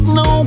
no